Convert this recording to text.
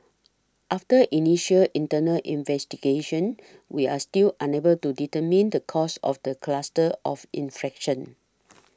after initial internal investigation we are still unable to determine the cause of the cluster of inflection